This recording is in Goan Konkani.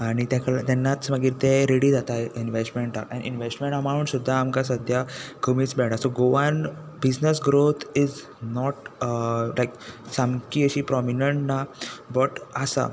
तेन्नाच मागीर ते रेडी जाता इनवेस्टमेंटाक इनवेस्टमेंट एमावंट सुद्दां सद्द्या आमकां कमीच मेळयटा so Goan business growth is not like सामकी अशी प्रोमीनंट ना बट आसा